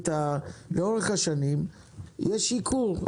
לאורך השנים יש ייקור.